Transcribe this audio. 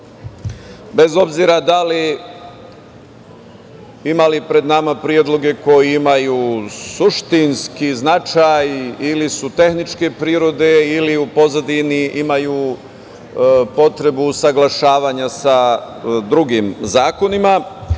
Bez obzira ima li pred nama predloge koji imaju suštinski značaj ili su tehničke prirode ili u pozadini imaju potrebu usaglašavanja sa drugim zakonima,